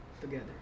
together